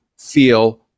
feel